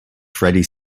freddie